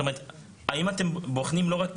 זאת אומרת האם אתם בוחנים לא רק את